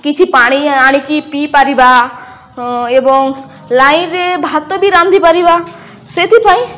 କିଛି ପାଣି ଆଣିକି ପିଇପାରିବା ଏବଂ ଲାଇନ୍ରେ ଭାତ ବି ରାନ୍ଧିପାରିବା ସେଥିପାଇଁ